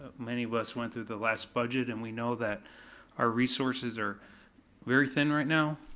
ah many of us went through the last budget and we know that our resources are very thin right now.